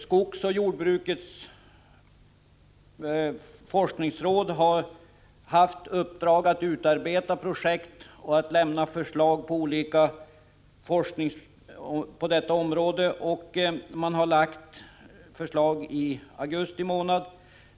Skogsoch jordbrukets forskningsråd har haft i uppdrag att utarbeta projekt och lämna förslag på forskning på detta område, och man har i augusti månad lagt fram sådana förslag.